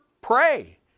pray